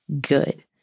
good